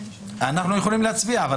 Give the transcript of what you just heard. אנחנו יכולים פשוט להצביע על זה,